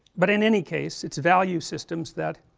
but in any case, it's value systems that